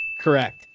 Correct